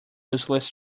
useless